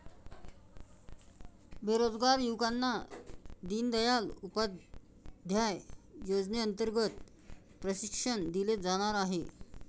बेरोजगार युवकांना दीनदयाल उपाध्याय योजनेअंतर्गत प्रशिक्षण दिले जाणार आहे